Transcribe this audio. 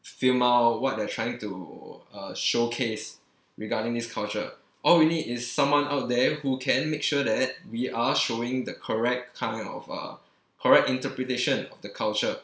film out what they're trying to uh showcase regarding this culture all we need is someone out there who can make sure that we are showing the correct kind of uh correct interpretation of the culture